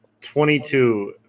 22